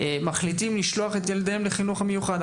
מחליטים לשלוח את ילדיהם לחינוך המיוחד.